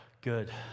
good